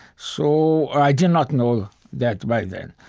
so i did not know that by then.